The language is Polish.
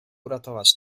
uratować